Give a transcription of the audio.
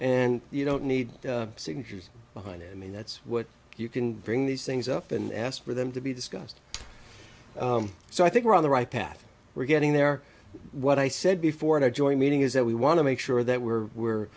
and you don't need signatures behind it i mean that's what you can bring these things up and ask for them to be discussed so i think we're on the right path we're getting there what i said before in a joint meeting is that we want to make sure that we're we're